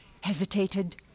hesitated